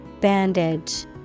Bandage